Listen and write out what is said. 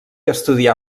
estudià